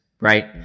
right